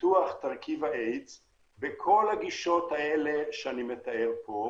לפיתוח תרכיב האיידס בכל הגישות שאני מתאר פה,